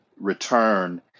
return